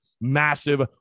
massive